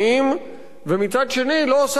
ומצד שני לא עושה אפילו את הצעדים